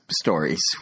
stories